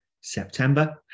September